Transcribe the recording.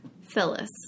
Phyllis